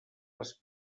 les